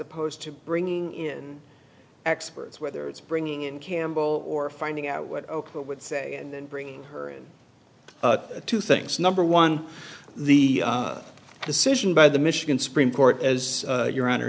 opposed to bringing in experts whether it's bringing in campbell or finding out what ok what would say and then bringing her in two things number one the decision by the michigan supreme court as your honor